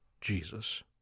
Jesus